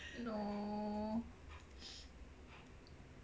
no